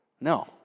No